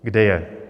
Kde je?